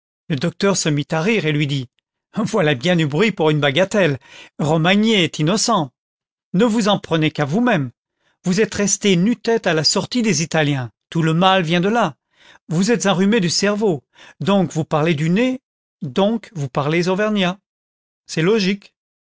le docteur se mit à rire et lui dit voilà bien du bruit pour une bagatelle romagné est innocent ne vous en prenez qu'à vous-même vous êtes resté nu-tête à la sortie des italiens tout le mal vient de là vous êtes enrhumé du cerveau donc vous parlez du nezdonc vous parlez auvergnat c'est logique